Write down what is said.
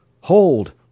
Hold